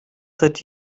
seit